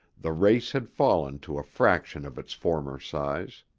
the race had fallen to a fraction of its former size.